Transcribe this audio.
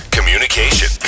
Communication